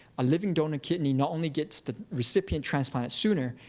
a living donor kidney not only gets the recipient transplanted sooner,